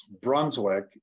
Brunswick